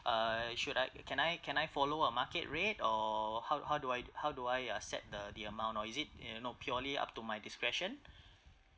err should I can I can I follow a market rate or how how do I how do I uh set the the amount or is it you know purely up to my discretion